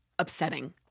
Upsetting